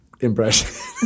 impression